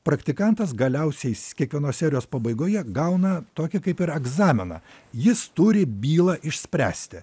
praktikantas galiausiais jis kiekvienos serijos pabaigoje gauna tokį kaip ir egzaminą jis turi bylą išspręsti